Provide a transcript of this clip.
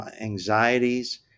anxieties